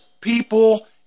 people